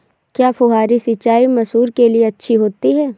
क्या फुहारी सिंचाई मसूर के लिए अच्छी होती है?